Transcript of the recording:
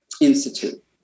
institute